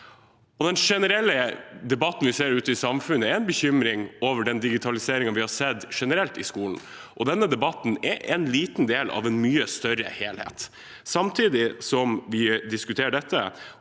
Den generelle debatten vi ser ute i samfunnet, er en bekymring over den digitaliseringen vi har sett generelt i skolen. Denne debatten er en liten del av en mye større helhet. Samtidig som vi diskuterer dette,